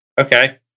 Okay